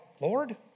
Lord